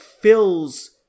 fills